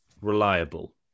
Reliable